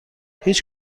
هیچ